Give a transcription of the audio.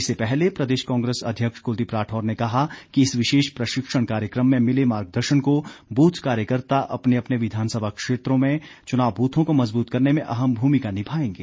इससे पहले प्रदेश कांग्रेस अध्यक्ष कुलदीप राठौर ने कहा कि इस विशेष प्रशिक्षण कार्यक्रम में मिले मार्गदर्शन को बूथ कार्यकर्ता अपने अपने विधानसभा क्षेत्रों में चुनाव बूथों को मजबूत करने में अहम भूमिका निभाएंगे